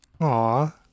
Aw